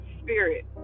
spirit